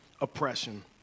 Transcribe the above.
oppression